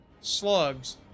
slugs